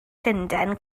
llundain